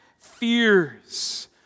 fears